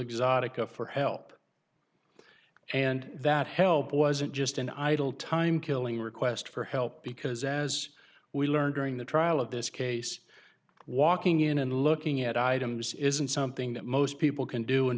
zydeco for help and that help wasn't just an idle time killing request for help because as we learned during the trial of this case walking in and looking at items isn't something that most people can do and